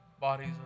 bodies